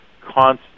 constant